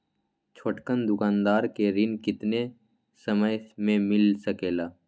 छोटकन दुकानदार के ऋण कितने समय मे मिल सकेला?